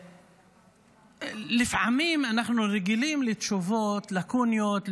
לפעמים אנחנו רגילים לתשובות לקוניות,